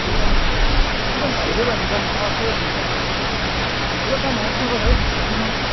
অঁ সেইটোৱে পাৰিব জানো তাৰ মনত আছেে জানো এতিয়া হ'লেও তাৰ মনত চনত আছে জানো বহুত দিন হ'ল নহয়